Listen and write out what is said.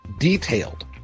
detailed